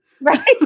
Right